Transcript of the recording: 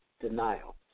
denial